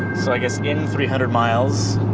so i guess in three hundred miles,